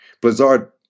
Blizzard